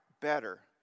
better